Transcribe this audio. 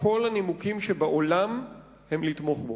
שכל הנימוקים שבעולם הם לתמוך בו.